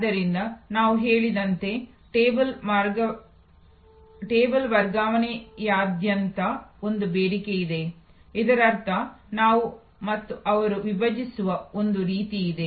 ಆದ್ದರಿಂದ ನಾವು ಹೇಳಿದಂತೆ ಟೇಬಲ್ ವರ್ಗಾವಣೆಯಾದ್ಯಂತ ಒಂದು ಬೇಡಿಕೆಯಿದೆ ಇದರರ್ಥ ನಾವು ಮತ್ತು ಅವರು ವಿಭಜಿಸುವ ಒಂದು ರೀತಿಯಿದೆ